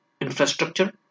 infrastructure